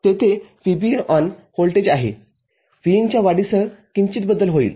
तेथे VBE voltage आहे Vin च्या वाढीसह किंचित बदल होईल